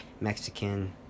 Mexican